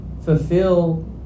fulfill